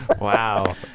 wow